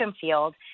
field